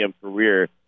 career